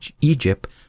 egypt